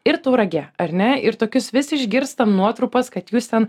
ir tauragė ar ne ir tokius vis išgirstam nuotrupas kad jūs ten